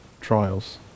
trials